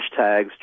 hashtags